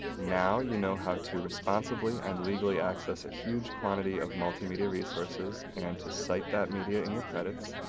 now you know how to responsibly and legally access a huge quantity of multimedia resources and to cite that media in your credits,